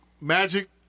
Magic